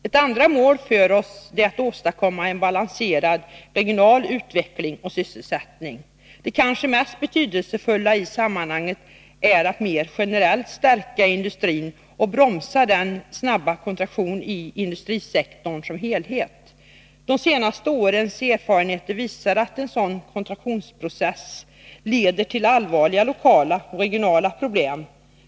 Ett andra mål för oss är att åstadkomma en balanserad regional utveckling och sysselsättning. Det kanske mest betydelsefulla i det sammanhanget är att mer generellt stärka industrin och bromsa den snabba kontraktionen i industrisektorn som helhet. De senaste årens erfarenheter visar att en sådan kontraktionsprocess leder till allvarliga lokala och regionala problem.